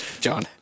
John